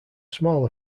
small